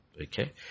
Okay